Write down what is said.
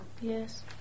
Yes